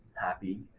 happy